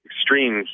extreme